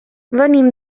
venim